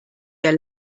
der